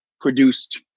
produced